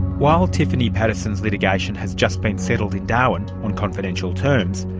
while tiffany paterson's litigation has just been settled in darwin, on confidential terms,